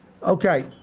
Okay